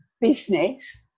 business